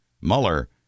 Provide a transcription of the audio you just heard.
Mueller